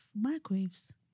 microwaves